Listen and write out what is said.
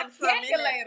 calculator